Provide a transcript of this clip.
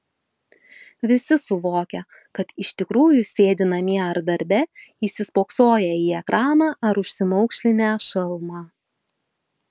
visi suvokia kad iš tikrųjų sėdi namie ar darbe įsispoksoję į ekraną ar užsimaukšlinę šalmą